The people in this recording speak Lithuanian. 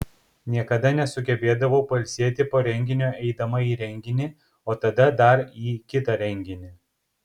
niekada nesugebėdavau pailsėti po renginio eidama į renginį o tada dar į kitą renginį